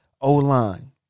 O-line